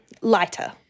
Lighter